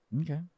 Okay